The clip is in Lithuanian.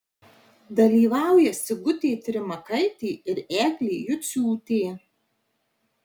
dalyvauja sigutė trimakaitė ir eglė juciūtė